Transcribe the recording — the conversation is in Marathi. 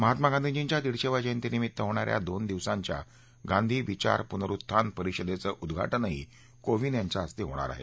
महात्मा गांधीजींच्या दिडशेव्या जयंती निमित्त होणा या दोन दिवसांच्या गांधी विचार पुनरुत्थान परिषदेचं उद्घाटनही कोविंद यांच्या हस्ते होणार आहे